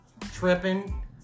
tripping